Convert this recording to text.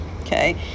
okay